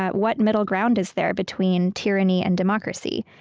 what middle ground is there between tyranny and democracy?